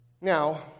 Now